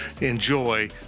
enjoy